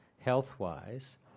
health-wise